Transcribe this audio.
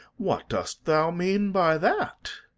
what dost thou mean by that?